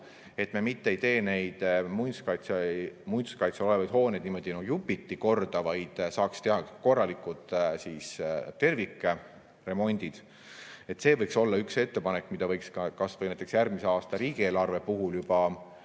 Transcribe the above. et me mitte ei tee muinsuskaitse all olevaid hooneid niimoodi jupiti korda, vaid saaks teha korralikud tervikremondid. See võiks olla üks ettepanek, mida võiks kas või järgmise aasta riigieelarve puhul